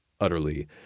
utterly